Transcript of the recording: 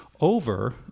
Over